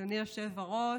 אדוני היושב-ראש,